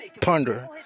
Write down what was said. ponder